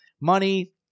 money